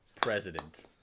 president